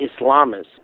islamists